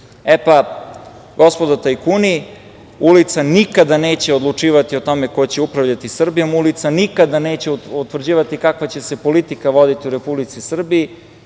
Srbiji. Gospodo tajkuni, ulica nikada neće odlučivati o tome ko će upravljati Srbijom. Ulica nikada neće utvrđivati kakva će se politika voditi u Republici Srbiji.